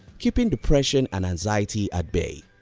keeping depression and anxiety at bay.